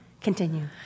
continue